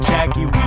Jackie